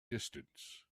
distance